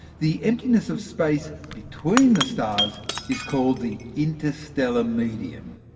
the emptiness of space between the stars is called the interstellar medium.